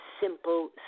simple